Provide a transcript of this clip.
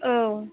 औ